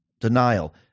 denial